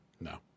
No